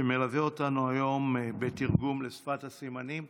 שמלווה אותנו היום בתרגום לשפת הסימנים.